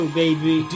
baby